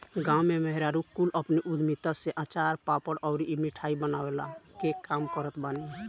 गांव में मेहरारू कुल अपनी उद्यमिता से अचार, पापड़ अउरी मिठाई बनवला के काम करत बानी